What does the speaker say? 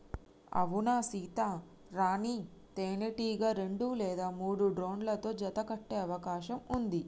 అవునా సీత, రాణీ తేనెటీగ రెండు లేదా మూడు డ్రోన్లతో జత కట్టె అవకాశం ఉంది